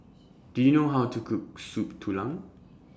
Do YOU know How to Cook Soup Tulang